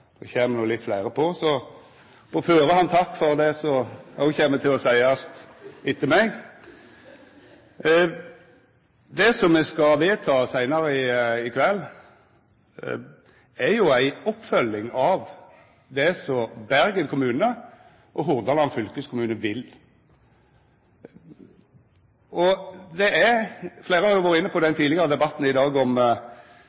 det kjem nokre fleire talarar. Så på førehand takk for det som òg kjem til å verta sagt etter meg! Det me skal vedta seinare i kveld, er jo ei oppfølging av det Bergen kommune og Hordaland fylkeskommune vil. Fleire har vore inne på lokaldemokrati og folkerøysting i ein debatt tidlegare i dag. Det